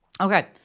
Okay